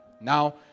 Now